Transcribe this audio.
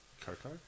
Coco